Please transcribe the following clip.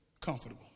comfortable